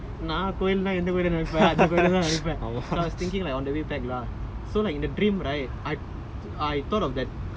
any temple she told me lah so I was like நான் எந்த கோயில்லே இருப்பேன் அந்த கோயில்லேதான் இருப்பேன்:naan entha koyilae iruppaen antha koyilaethan iruppaen so I was thinking on the way back lah